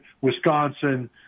Wisconsin